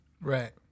Right